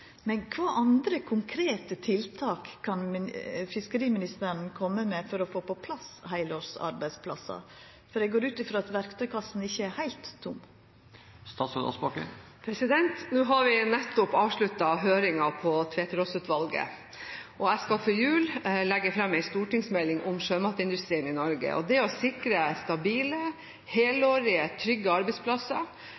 Men kva andre konkrete tiltak kan fiskeriministeren koma med for å få på plass heilårsarbeidsplassar, for eg går ut frå at verktøykassa ikkje er heilt tom? Nå har vi nettopp avsluttet høringen av Tveterås-utvalget, og jeg skal før jul legge fram en stortingsmelding om sjømatindustrien i Norge. Det å sikre stabile,